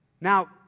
Now